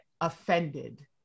offended